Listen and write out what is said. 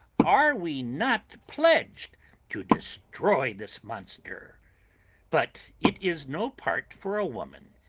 are we not pledged to destroy this monster but it is no part for a woman.